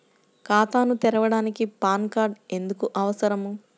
ఖాతాను తెరవడానికి PAN card ఎందుకు అవసరము?